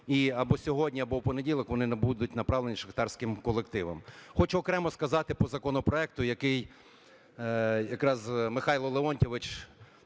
і або сьогодні, або в понеділок вони будуть направлені шахтарським колективам. Хочу окремо сказати по законопроекту, який якраз Михайло Леонтійович